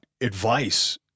advice